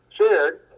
shared